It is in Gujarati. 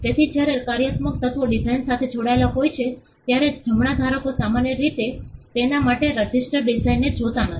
તેથી જ્યારે કાર્યાત્મક તત્વો ડિઝાઇન સાથે જોડાયેલા હોય છે ત્યારે જમણા ધારકો સામાન્ય રીતે તેના માટે રજિસ્ટર્ડ ડિઝાઇનને જોતા નથી